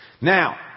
Now